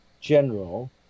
general